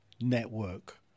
network